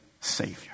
Savior